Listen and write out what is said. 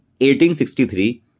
1863